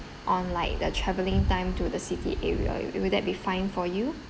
on like the travelling time to the city area wi~ will that be fine for you